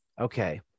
okay